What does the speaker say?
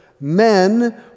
Men